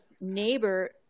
neighbor